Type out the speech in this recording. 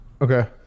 okay